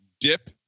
dip